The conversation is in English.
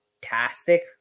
fantastic